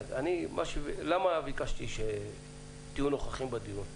למה ביקשתי שתהיו נוכחים בדיון?